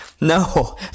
No